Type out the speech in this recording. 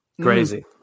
Crazy